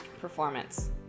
performance